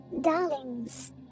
darlings